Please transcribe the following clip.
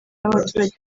n’abaturage